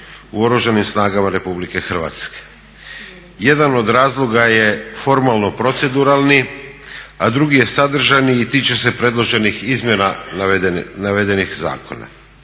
u Oružanim snagama RH. Jedan od razloga je formalno proceduralni a drugi je sadržajni i tiče se predloženih izmjena navedenih zakona.